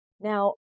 Now